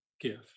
gift